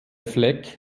fleck